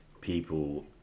people